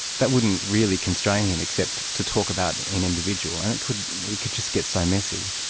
that wouldn't really constrain him except to talk about an individual, and it could could just get so messy.